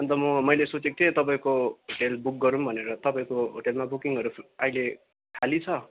अन्त म मैले सोचेको थिएँ तपाईँको होटेल बुक गरौँ भनेर तपाईँको होटेलमा बुकिङहरू अहिले खाली छ